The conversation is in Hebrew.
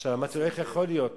אותו איך יכול להיות